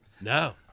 No